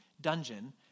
dungeon